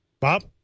Bob